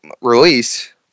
release